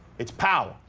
it's pau.